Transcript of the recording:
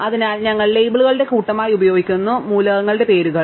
അതിനാൽ ഞങ്ങൾ ലേബലുകളുടെ കൂട്ടമായി ഉപയോഗിക്കുന്നു മൂലകങ്ങളുടെ പേരുകൾ